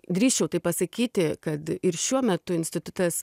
drįsčiau taip pasakyti kad ir šiuo metu institutas